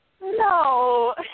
No